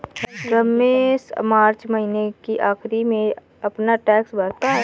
रमेश मार्च महीने के आखिरी में अपना टैक्स भरता है